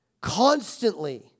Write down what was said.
constantly